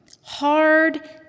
hard